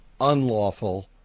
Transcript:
unlawful